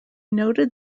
noted